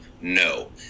no